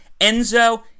Enzo